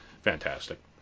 fantastic